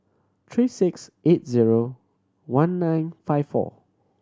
three six eight zero one nine five four